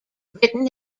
written